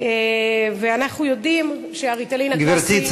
ואנחנו יודעים שה"ריטלין" גברתי,